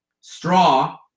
Straw